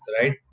right